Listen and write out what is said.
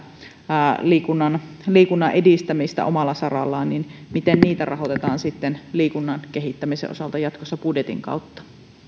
liikunnan liikunnan edistämistä omalla sarallaan rahoitetaan liikunnan kehittämisen osalta jatkossa budjetin kautta